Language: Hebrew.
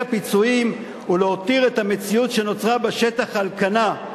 הפיצויים ולהותיר את המציאות שנוצרה בשטח על כנה.